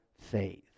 faith